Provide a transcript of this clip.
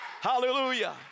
Hallelujah